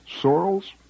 Sorrel's